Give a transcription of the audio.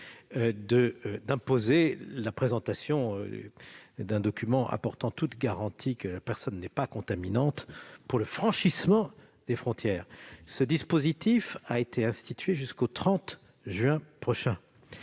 d'imposer la présentation d'un document apportant toute garantie que la personne n'est pas contaminante, dans le cadre du franchissement des frontières. Ce dispositif a été institué jusqu'au 30 juin prochain.